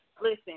Listen